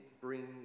bring